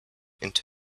into